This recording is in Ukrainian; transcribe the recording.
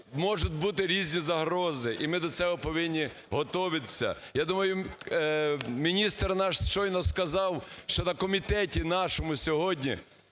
можуть бути різні загрози, і ми до цього повинні готуватися. Я думаю, міністр наш щойно сказав, що на Комітеті нашому сьогодні